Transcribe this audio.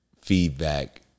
feedback